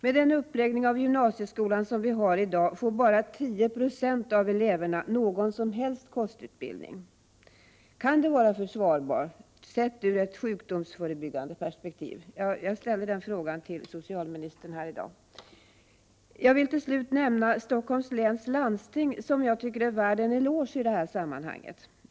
Med den uppläggning av gymnasieskolan som vi har i dag får bara 10 70 av eleverna någon kostutbildning. Kan det vara försvarbart sett ur ett sjukdomsförebyggande perspektiv? Jag ställer den frågan till socialministern här i dag. Till slut vill jag nämna Stockholms läns landsting, som jag tycker är värt en eloge i det här sammanhanget.